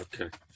okay